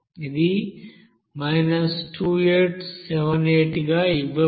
ఇది 2878 గా ఇవ్వబడింది